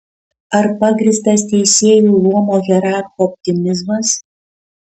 ar pagrįstas teisėjų luomo hierarcho optimizmas